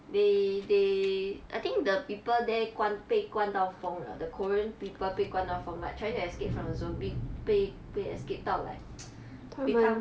they they I think the people they 关被关到疯了 the korean people 被关到疯 like trying to escape from the zombie 被被 escaped 到 like become